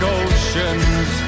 oceans